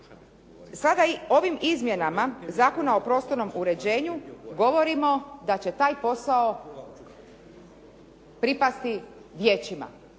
Sada i ovim izmjenama Zakona o prostornom uređenju govorimo da će taj posao pripasti vijećima.